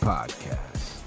Podcast